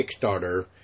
Kickstarter